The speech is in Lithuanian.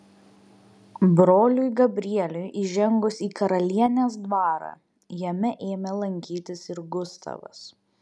broliui gabrieliui įžengus į karalienės dvarą jame ėmė lankytis ir gustavas